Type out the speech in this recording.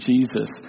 Jesus